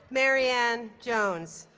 maryanne jones